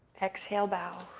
exhale, bow.